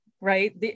right